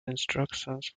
instructions